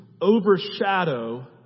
overshadow